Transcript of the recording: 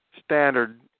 standard